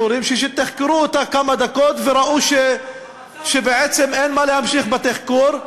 שתחקרו אותה כמה דקות וראו שבעצם אין מה להמשיך בתחקור.